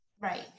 Right